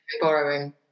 borrowing